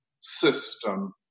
system